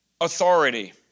authority